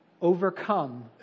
overcome